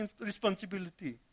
responsibility